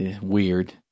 Weird